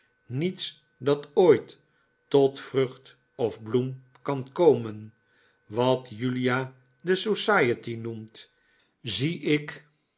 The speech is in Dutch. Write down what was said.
niets dat ooit tot vrucht of bloem kan komen wat julia de society noemt zie ik